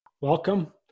welcome